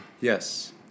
Yes